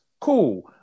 Cool